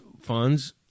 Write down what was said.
funds